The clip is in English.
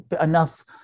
enough